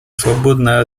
свободное